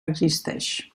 existeix